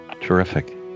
terrific